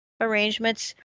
arrangements